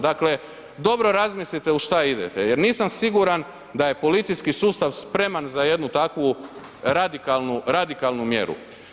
Dakle, dobro razmislite u šta idete jer nisam siguran da je policijski sustav spreman za jednu takvu radikalnu mjeru.